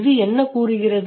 இது என்ன கூறுகிறது